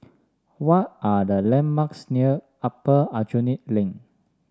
what are the landmarks near Upper Aljunied Link